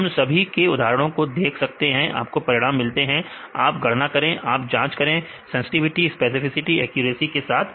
तो हम सभी तरह के उदाहरणों को देख सकते हैं आपको परिणाम मिलते हैं आप गणना करें आप जांच करें सेंसटिविटी स्पेसिफिसिटी और एक्यूरेसी के साथ